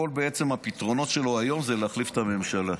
בעצם, כל הפתרונות שלו היום הם להחליף את הממשלה.